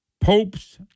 Pope's